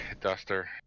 duster